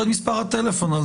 לא את מספר הטלפון.